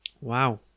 Wow